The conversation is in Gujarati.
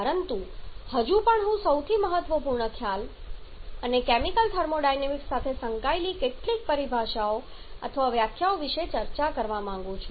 પરંતુ હજુ પણ હું સૌથી મહત્વપૂર્ણ ખ્યાલ અને કેમિકલ થર્મોડાયનેમિક્સ સાથે સંકળાયેલી કેટલીક પરિભાષાઓ અથવા વ્યાખ્યાઓ વિશે ચર્ચા કરવા માંગુ છું